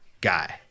guy